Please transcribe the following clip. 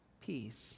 peace